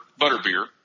butterbeer